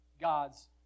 God's